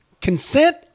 consent